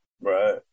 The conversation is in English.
Right